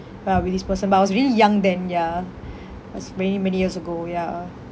but with this person but I was really young then ya that's many many years ago ya